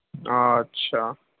اچھا